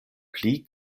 pli